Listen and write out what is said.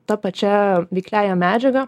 ta pačia veikliąja medžiaga